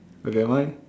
okay mine